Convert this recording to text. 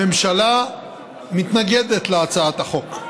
הממשלה מתנגדת להצעת החוק.